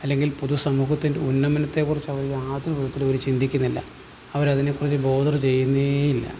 അല്ലെങ്കിൽ പൊതു സമൂഹത്തിൻറ്റെ ഉന്നമനത്തെ കുറിച്ചോ യാതൊരു വിധത്തിലും അവര് ചിന്തിക്കുന്നില്ല അവര് അതിനെക്കുറിച്ച് ബോതർ ചെയ്യുന്നതെ ഇല്ല